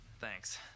Thanks